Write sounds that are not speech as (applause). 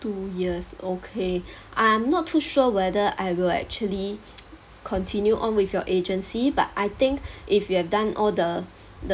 two years okay (breath) I'm not too sure whether I will actually (noise) continue on with your agency but I think (breath) if you have done all the (breath) the